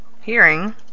hearing